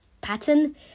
pattern